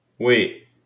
Wait